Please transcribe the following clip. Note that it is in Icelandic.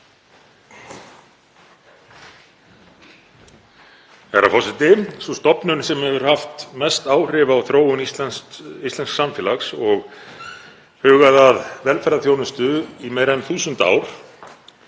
Herra forseti. Sú stofnun sem hefur haft mest áhrif á þróun íslensks samfélags og hugað að velferðarþjónustu í meira en þúsund ár,